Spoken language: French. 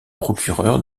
procureur